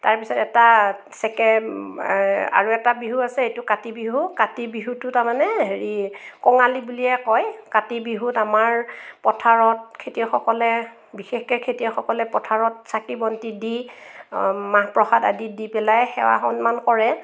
তাৰপিছত এটা চেকে মানে আৰু এটা বিহু আছে এইটো কাতি বিহু কাতি বিহুটো তাৰমানে হেৰি কঙালী বুলিয়ে কয় কাতি বিহুত আমাৰ পথাৰত খেতিয়কসকলে বিশেষকৈ খেতিয়কসকলে পথাৰত চাকি বন্তি দি মাহ প্ৰসাদ আদি দি পেলাই সেৱা সন্মান কৰে